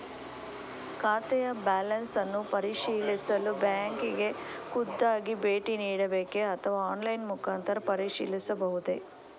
ಖಾತೆಯ ಬ್ಯಾಲೆನ್ಸ್ ಅನ್ನು ಪರಿಶೀಲಿಸಲು ಬ್ಯಾಂಕಿಗೆ ಖುದ್ದಾಗಿ ಭೇಟಿ ನೀಡಬೇಕೆ ಅಥವಾ ಆನ್ಲೈನ್ ಮುಖಾಂತರ ಪರಿಶೀಲಿಸಬಹುದೇ?